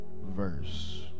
verse